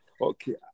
okay